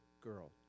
girl